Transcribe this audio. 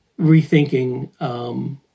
rethinking –